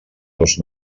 dos